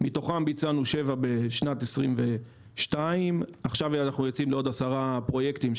מתוכם ביצענו שבעה בשנת 2022. עכשיו אנחנו יוצאים לעוד עשרה פרויקטים,